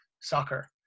soccer